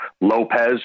Lopez